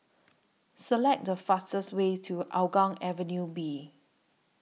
Select The fastest Way to Hougang Avenue B